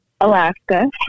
Alaska